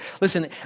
listen